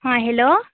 हॅं हेलो